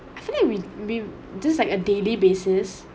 actually we we just like a daily basis